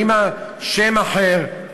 והאימא על שם אחר,